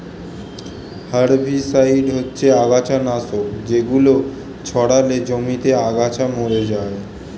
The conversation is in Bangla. হারভিসাইড হচ্ছে আগাছানাশক যেগুলো ছড়ালে জমিতে আগাছা মরে যায়